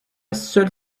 seule